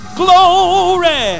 glory